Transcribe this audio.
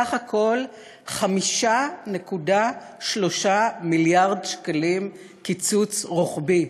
סך הכול: 5.3 מיליארד שקלים קיצוץ רוחבי.